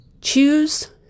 Choose